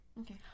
Okay